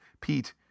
Pete